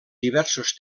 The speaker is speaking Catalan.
diversos